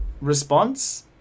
response